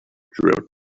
throughout